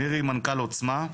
מירי היא מנכ"ל עוצמה.